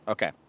Okay